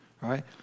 right